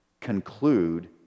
conclude